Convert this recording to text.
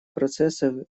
процессов